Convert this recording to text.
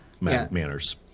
manners